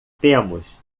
temos